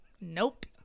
Nope